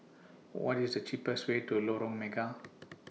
What IS The cheapest Way to Lorong Mega